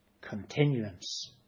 continuance